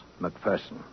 McPherson